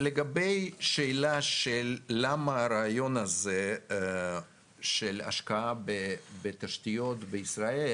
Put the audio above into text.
לגבי שאלה של למה הרעיון הזה של השקעה בתשתיות בישראל,